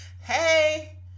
Hey